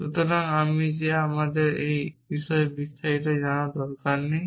সুতরাং আমি যে আমাদের এই বিষয়ে বিস্তারিত জানার দরকার নেই